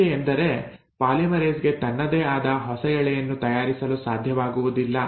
ಸಮಸ್ಯೆಯೆಂದರೆ ಪಾಲಿಮರೇಸ್ ಗೆ ತನ್ನದೇ ಆದ ಹೊಸ ಎಳೆಯನ್ನು ತಯಾರಿಸಲು ಸಾಧ್ಯವಾಗುವುದಿಲ್ಲ